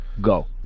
go